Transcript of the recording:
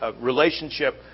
relationship